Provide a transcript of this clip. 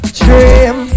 dream